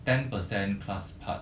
ten per cent class part